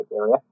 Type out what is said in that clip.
area